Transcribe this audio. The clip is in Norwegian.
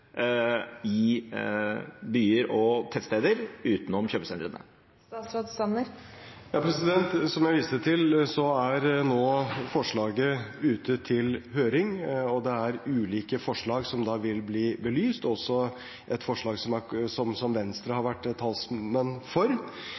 er nå forslaget ute på høring, og det er ulike forslag som da vil bli belyst, også et forslag som Venstre har vært talsmann for. Jeg er helt sikker på at Virke og andre som også har